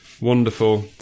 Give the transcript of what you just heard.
wonderful